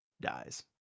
dies